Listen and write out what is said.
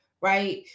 Right